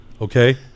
okay